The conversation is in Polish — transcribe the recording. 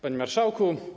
Panie Marszałku!